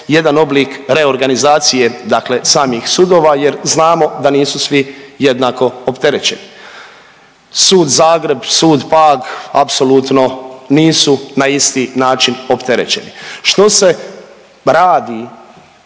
jedan oblik reorganizacije dakle samih sudova jer znamo da nisu svi jednako opterećeni. Sud Zagreb, sud Pag, apsolutno nisu na isti način opterećeni. Što se radi,